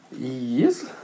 Yes